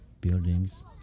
buildings